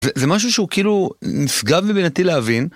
זה משהו שהוא כאילו נשגב מבינתי להבין.